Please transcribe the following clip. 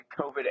COVID